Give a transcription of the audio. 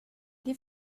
les